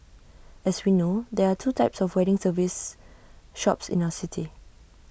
as we know there are two types of wedding service shops in our city